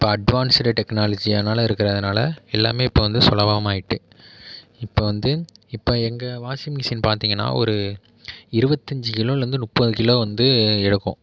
இப்போ அட்வான்ஸ்டு டெக்னாலஜினலாம் இருக்கறதுனால் எல்லாமே இப்போ வந்து சுலபமாயிட்டு இப்போ வந்து இப்போ எங்கள் வாஷிங் மிஷின் பார்த்திங்கன்னா ஒரு இருபத்தஞ்சு கிலோலேருந்து முப்பது கிலோ வந்து எடுக்கும்